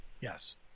Yes